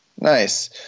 Nice